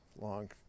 long